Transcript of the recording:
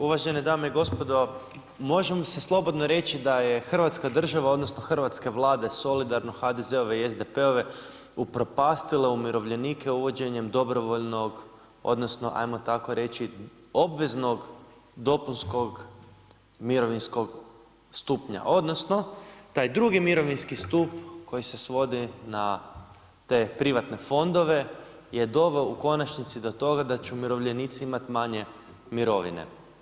Uvažene dame i gospodo, možemo si slobodno reći da je hrvatska država odnosno hrvatske Vlade, solidarno HDZ-ove i SDP-ove upropastile umirovljenike uvođenjem dobrovoljnog odnosno ajmo tako reći, obveznog dopunskom mirovinskog stupnja odnosno taj drugi mirovinski stup koji se svodi na te privatne fondove je doveo u konačnici do toga da će umirovljenici imati manje mirovine.